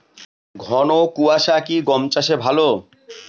ঘন কোয়াশা কি গম চাষে ভালো?